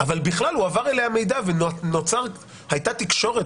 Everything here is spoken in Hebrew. אבל בכלל הועבר אליה מידע והייתה תקשורת